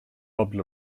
robbed